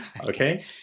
Okay